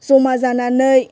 जमा जानानै